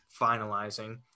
finalizing